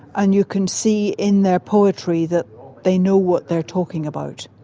and you can see in their poetry that they know what they're talking about.